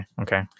okay